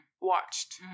watched